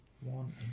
One